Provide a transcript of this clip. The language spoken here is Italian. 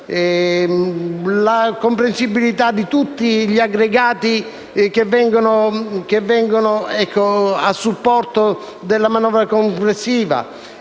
della comprensibilità di tutti gli aggregati a supporto della manovra complessiva.